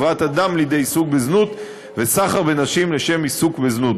הבאת אדם לידי עיסוק בזנות וסחר בנשים לשם עיסוק בזנות.